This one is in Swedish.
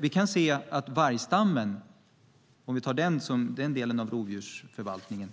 Vi kan se att vargstammen, om vi tar denna del av rovdjursförvaltningen,